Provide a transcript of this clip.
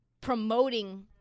promoting